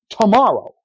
tomorrow